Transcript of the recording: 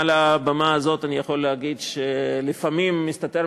אבל מעל הבמה הזאת אני יכול להגיד שלפעמים מסתתר